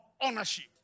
ownership